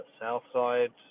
Southside